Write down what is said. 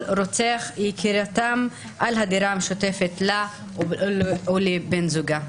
רוצח יקירתם על הדירה המשותפת לה ולבן זוגה.